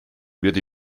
wird